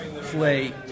play